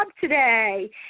today